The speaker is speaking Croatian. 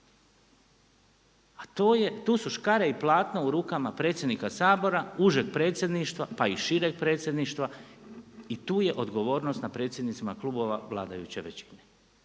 tu su škare i platno u rukama predsjednika Sabora, užeg predsjedništva pa i šireg predsjedništva i tu je odgovornost na predsjednicima klubova vladajuće većine,